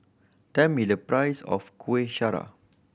tell me the price of Kuih Syara